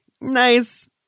Nice